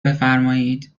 بفرمایید